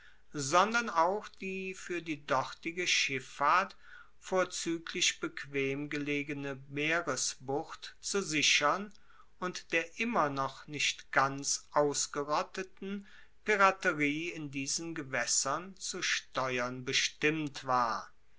sondern auch die fuer die dortige schiffahrt vorzueglich bequem gelegene meeresbucht zu sichern und der immer noch nicht ganz ausgerotteten piraterie in diesen gewaessern zu steuern bestimmt war